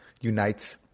unites